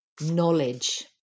knowledge